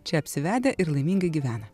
čia apsivedę ir laimingai gyvena